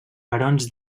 barons